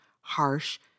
harsh